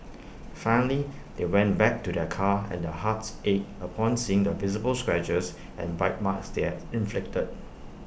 finally they went back to their car and their hearts ached upon seeing the visible scratches and bite marks their inflicted